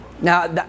Now